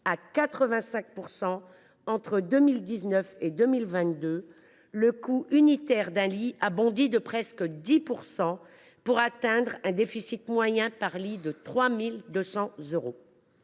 à 85 % entre 2019 et 2022 et le coût unitaire d’un lit a bondi de presque 10 %, pour atteindre un déficit unitaire moyen de 3 200 euros.